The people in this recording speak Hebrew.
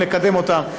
כדי לקדם אותם,